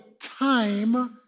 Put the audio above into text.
time